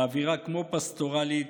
באווירה כמו פסטורלית,